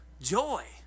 Joy